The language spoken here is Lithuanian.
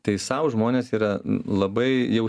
tai sau žmonės yra labai jau